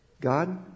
God